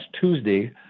Tuesday